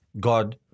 God